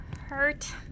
hurt